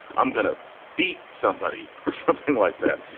i'm going to beat somebody or something like that.